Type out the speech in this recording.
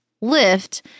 lift